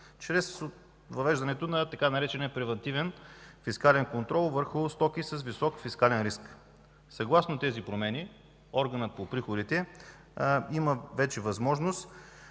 чрез въвеждането на така наречения „превантивен фискален контрол върху стоки с висок фискален риск”. Съгласно тези промени органът по приходите има вече възможност